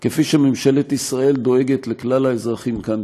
כפי שממשלת ישראל דואגת לכלל האזרחים כאן,